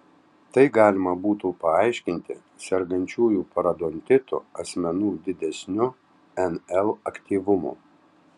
tai galima būtų paaiškinti sergančiųjų parodontitu asmenų didesniu nl aktyvumu